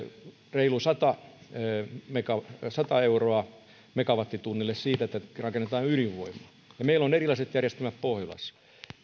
reilu sata euroa megawattitunnille siitä että rakennetaan ydinvoimaa ja meillä on erilaiset järjestelmät pohjolassa